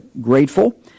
grateful